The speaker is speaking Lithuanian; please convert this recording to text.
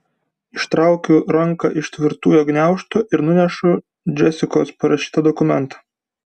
ištraukiu ranką iš tvirtų jo gniaužtų ir nunešu džesikos prašytą dokumentą